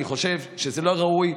אני חושב שזה לא ראוי,